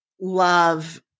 love